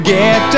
get